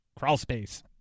crawlspace